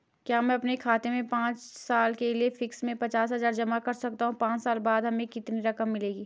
क्या मैं अपने खाते में पांच साल के लिए फिक्स में पचास हज़ार जमा कर सकता हूँ पांच साल बाद हमें कुल कितनी रकम मिलेगी?